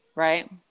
right